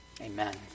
Amen